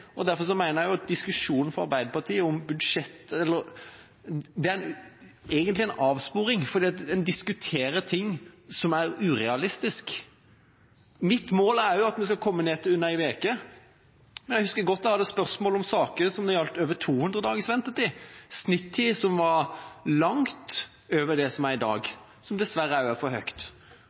og derfor mener jeg at diskusjonen fra Arbeiderpartiet om budsjetter egentlig er en avsporing fordi en diskuterer ting som er urealistiske. Mitt mål er at vi skal komme ned til under en uke. Men jeg husker godt jeg hadde spørsmål om saker som gjaldt over 200 dagers ventetid – snittid som var langt over det som er i dag, som dessverre også er for høyt.